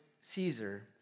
Caesar